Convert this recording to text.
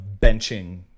benching